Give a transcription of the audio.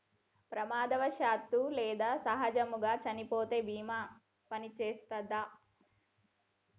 ప్రమాదవశాత్తు లేదా సహజముగా చనిపోతే బీమా పనిచేత్తదా?